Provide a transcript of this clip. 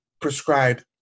prescribed